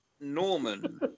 Norman